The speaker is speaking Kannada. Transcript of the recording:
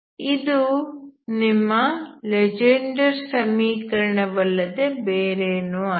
ಇದು ನಿಮ್ಮ ಲೆಜೆಂಡರ್ ಸಮೀಕರಣ ವಲ್ಲದೆ ಬೇರೇನೂ ಅಲ್ಲ